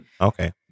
Okay